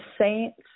saints